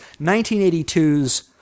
1982's